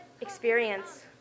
experience